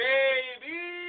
Baby